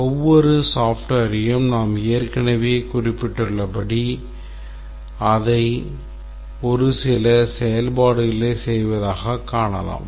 ஒவ்வொரு மென்பொருளையும் நாம் ஏற்கனவே குறிப்பிட்டுள்ளபடி அதை ஒரு சில செயல்பாடுகளைச் செய்வதாகக் காணலாம்